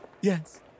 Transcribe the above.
Yes